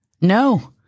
No